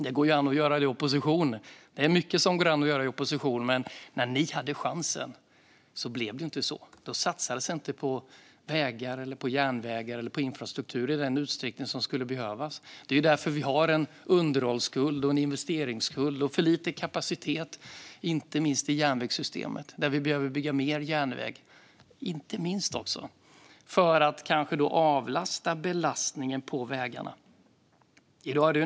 Det går ju an att göra det i opposition - det är mycket som går an att göra i opposition - men när ni hade chansen blev det inte så. Då satsades det inte på vägar, järnvägar eller infrastruktur i den utsträckning som hade behövts. Det är därför vi har en underhållsskuld och en investeringsskuld och för lite kapacitet i inte minst järnvägssystemet. Vi behöver bygga mer järnväg för att avlasta vägarna.